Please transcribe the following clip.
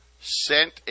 sent